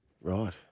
Right